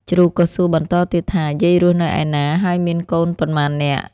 ជ្រូកក៏សួរបន្តទៀតថា យាយរស់នៅឯណា ហើយមានកូនប៉ុន្មាននាក់?